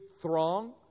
throng